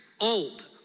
old